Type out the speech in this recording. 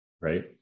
right